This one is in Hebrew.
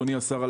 אדוני השר,